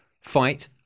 fight